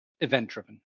event-driven